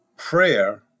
Prayer